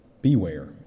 beware